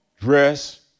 dress